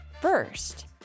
first